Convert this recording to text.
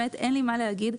אין לי מה להגיד,